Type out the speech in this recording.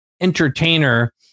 entertainer